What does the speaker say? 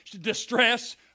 distress